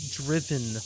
driven